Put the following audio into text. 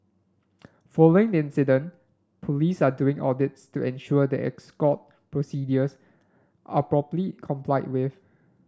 following incident police are doing audits to ensure that escort procedures are properly complied with